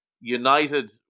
United